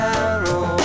arrow